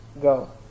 Go